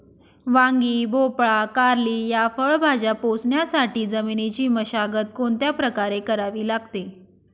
वांगी, भोपळा, कारली या फळभाज्या पोसण्यासाठी जमिनीची मशागत कोणत्या प्रकारे करावी लागेल?